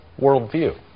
worldview